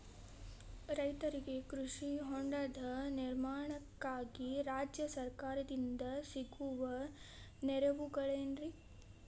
ರೈತರಿಗೆ ಕೃಷಿ ಹೊಂಡದ ನಿರ್ಮಾಣಕ್ಕಾಗಿ ರಾಜ್ಯ ಸರ್ಕಾರದಿಂದ ಸಿಗುವ ನೆರವುಗಳೇನ್ರಿ?